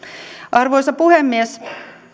arvoisa puhemies